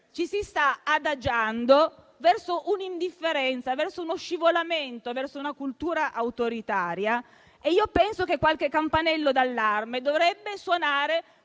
ci si sta adagiando verso un'indifferenza, si sta scivolando verso una cultura autoritaria e io penso che qualche campanello d'allarme dovrebbe suonare